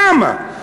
למה?